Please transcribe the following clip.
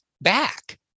back